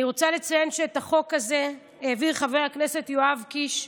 אני רוצה לציין שאת החוק הזה העביר חבר הכנסת יואב קיש,